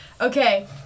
Okay